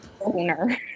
Owner